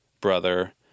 brother